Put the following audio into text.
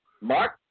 Mark